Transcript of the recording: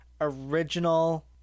original